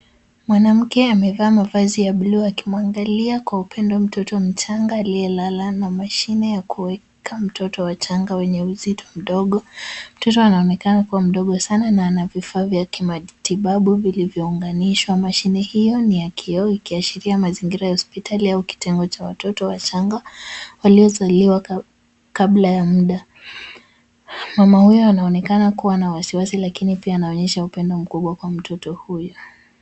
Mwanamke amevaa mavazi ya bluu, akimwangalia kwa upendo mtoto mchanga aliyelala na mashine ya kuweka mtoto wachanga wenye uzito mdogo. Mtoto anaonekana kuwa mdogo sana na ana vifaa vya kimatibabu vilivyounganishwa. Mashine hiyo ni ya kioo ikiashiria mazingira ya hospitali au kitengo cha watoto wachanga waliozaliwa kabla ya muda. Mama huyo anaonekana kuwa na wasiwasi lakini pia anaonyesha upendo mkubwa kwa mtoto huyu.